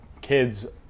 kids